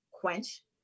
quench